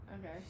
Okay